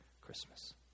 Christmas